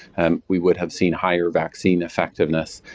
we would have seen higher vaccine effectiveness.